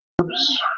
Oops